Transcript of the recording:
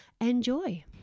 enjoy